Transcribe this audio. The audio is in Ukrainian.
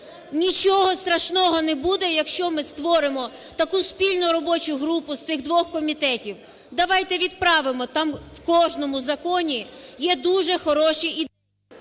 нічого страшного не буде, якщо ми створимо таку спільну робочу групу з цих двох комітетів. Давайте відправимо, там в кожному законі є дуже хороші…